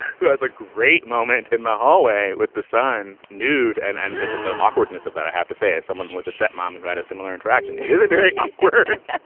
who has a great moment in the hallway with the sign nude and and the awkwardness of that, i have to say, as someone with a step mom who had a similar interaction, it very awkward